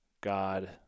god